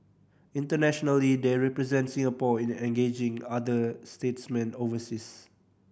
internationally they represent Singapore in engaging other statesmen overseas